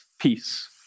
peace